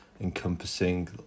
encompassing